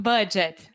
Budget